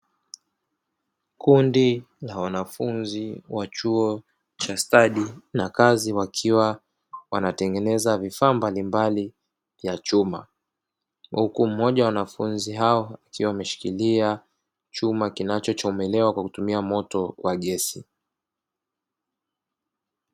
Kundi la wanafunzi wa chuo cha stadi na kazi, wakiwa wanatengeneza vifaa mbalimbali vya chuma, huku mmoja wa wanafunzi hao akiwa ameshikilia chuma kinachochomelewa kwa kutumia moto wa gesi.